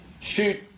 shoot